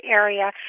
area